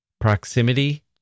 proximity